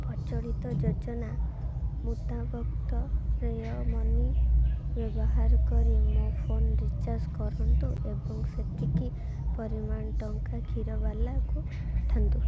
ପ୍ରଚଳିତ ଯୋଜନା ମୁତାବକ୍ତ ପେୟୁ ମନି ବ୍ୟବହାର କରି ମୋ ଫୋନ୍ ରିଚାର୍ଜ କରନ୍ତୁ ଏବଂ ସେତିକି ପରିମାଣ ଟଙ୍କା କ୍ଷୀରବାଲାକୁ ପଠାନ୍ତୁ